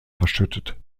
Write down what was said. verschüttet